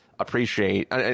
Appreciate